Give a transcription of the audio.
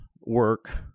work